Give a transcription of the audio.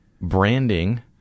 branding